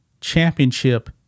championship